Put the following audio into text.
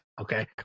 Okay